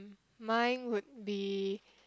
mine would be